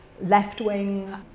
left-wing